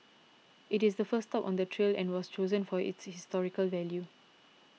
it is the first stop on the trail and was chosen for its historical value